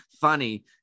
funny